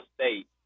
State